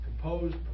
composed